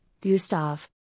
Gustav